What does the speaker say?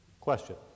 Question